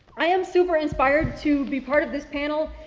i am super inspired to be part of this panel.